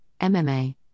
MMA